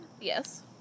Yes